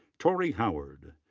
tori howard.